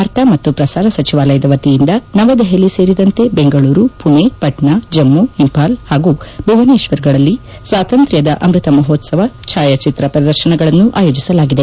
ವಾರ್ತಾ ಮತ್ತು ಪ್ರಸಾರ ಸಚಿವಾಲಯದ ವತಿಯಿಂದ ನವದೆಹಲಿ ಸೇರಿದಂತೆ ಬೆಂಗಳೂರು ಪುಣೆ ಪಟ್ನಾ ಜಮ್ಮ ಇಂಫಾಲ್ ಹಾಗೂ ಭುವನೆಶ್ವರ್ ಗಳಲ್ಲಿ ಸ್ವಾತಂತ್ರ್ತದ ಅಮೃತ ಮಹೋತ್ಸವ ಛಾಯಾಚಿತ್ರ ಪ್ರದರ್ಶನಗಳನ್ನು ಆಯೋಜಿಸಲಾಗಿದೆ